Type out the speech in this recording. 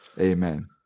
Amen